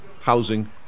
housing